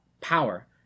power